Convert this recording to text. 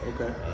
Okay